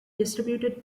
distributed